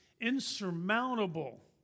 insurmountable